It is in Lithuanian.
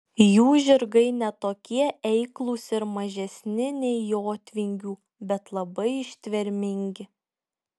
jų žirgai ne tokie eiklūs ir mažesni nei jotvingių bet labai ištvermingi